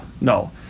no